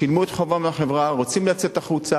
שילמו את חובם לחברה, רוצים לצאת החוצה.